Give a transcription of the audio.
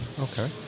Okay